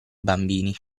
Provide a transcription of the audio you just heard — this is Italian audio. bambini